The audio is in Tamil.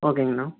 ஓகேங்கண்ணா